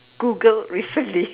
googled recently